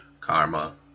karma